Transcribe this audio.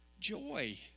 joy